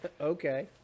Okay